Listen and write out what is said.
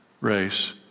race